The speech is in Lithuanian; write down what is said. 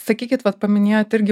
sakykit vat paminėjot irgi